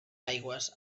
aigües